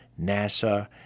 NASA